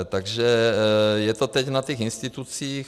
Takže je to teď na těch institucích.